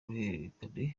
ruhererekane